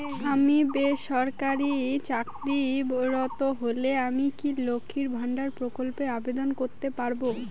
আমি বেসরকারি চাকরিরত হলে আমি কি লক্ষীর ভান্ডার প্রকল্পে আবেদন করতে পারব?